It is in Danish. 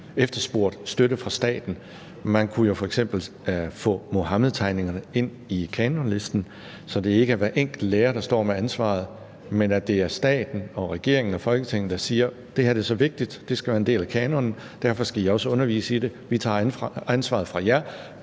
efterspurgt støtte fra staten. Man kunne jo f.eks. få Muhammedtegningerne i kanonlisten, så det ikke er hver enkelt lærer, der står med ansvaret, men at det er staten, regeringen og Folketinget, der siger: Det her er så vigtigt, det skal være en del af kanonen, derfor skal I også undervise i det, vi tager ansvaret fra jer